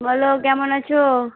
বলো কেমন আছো